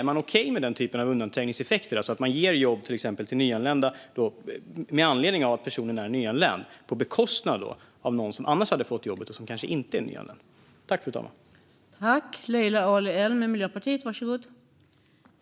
Är man okej med den typen av undanträngningseffekter, alltså att man ger jobb till exempel till en nyanländ med anledning av att personen är nyanländ på bekostnad av att någon annan som kanske inte är nyanländ och som annars hade fått jobbet inte får det?